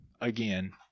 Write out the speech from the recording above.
Again